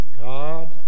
God